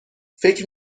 فکر